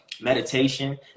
meditation